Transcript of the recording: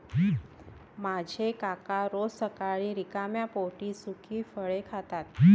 माझे काका रोज सकाळी रिकाम्या पोटी सुकी फळे खातात